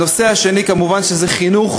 הנושא השני הוא כמובן חינוך: